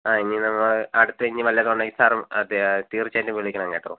ആ ഇനി നമ്മൾ അടുത്ത ഇനി വല്ലതും ഉണ്ടെങ്കിൽ സാർ തീർച്ചയായിട്ടും വിളിക്കണം കേട്ടോ